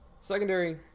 secondary